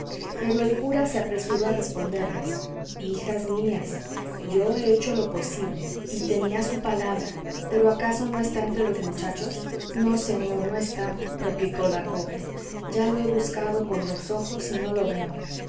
pero el cura se apresuró a responderles hijas mías yo he hecho lo posible y tenía su palabra pero acaso no está entre los muchachos no señor no está replicó la joven ya lo he buscado con los ojos y no lo veo